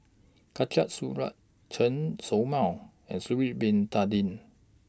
Khatijah Surattee Chen Show Mao and Sha'Ari Bin Tadin